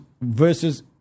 versus